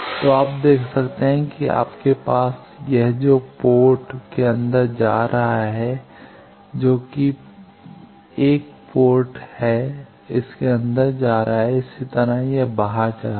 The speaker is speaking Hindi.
तो आप देखते हैं कि आपके पास यह है जो पोर्ट के अंदर आ रहा है जो की पोर्ट के अंदर जा रहा है इसी तरह यह बाहर जा रहा है